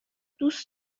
دوست